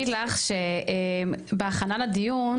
אני רק אגיד לך שבהכנה לדיון,